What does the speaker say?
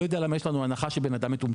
לא יודע למה יש לנו הנחה שבן אדם מטומטם.